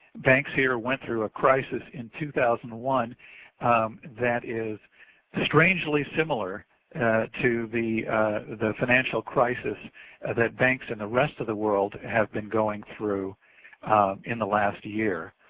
banks here went through ah crises in two thousand and one that is strangely similar to the the financial crises that banks in the rest of the world have been going through in the last year.